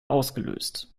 ausgelöst